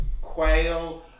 quail